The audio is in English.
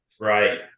Right